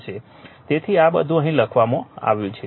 તેથી આ બધું અહીં લખવામાં આવ્યું છે